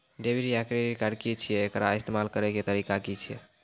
Debit या credit card की छियै? एकर इस्तेमाल करैक तरीका की छियै?